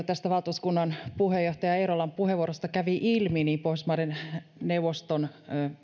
tästä valtuuskunnan puheenjohtaja eerolan puheenvuorosta kävi ilmi pohjoismaiden neuvoston